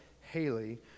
Haley